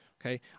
Okay